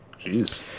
Jeez